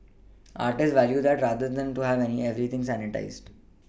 artists value that rather than to have everything sanitised